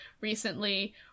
recently